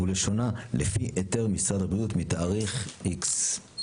12. לסעיף (ב) לסעיף (2).